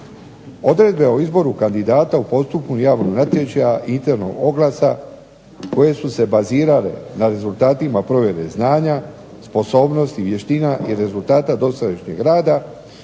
Odredbe o izboru kandidata u postupku javnog natječaja i internog oglasa koje su se bazirale na rezultatima provjere znanja, sposobnosti, vještina i rezultata dosadašnjeg rada